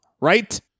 right